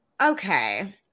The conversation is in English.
Okay